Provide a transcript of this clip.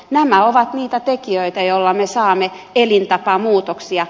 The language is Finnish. nämä ovat niitä tekijöitä joilla me saamme elintapamuutoksia